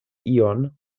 ion